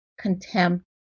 contempt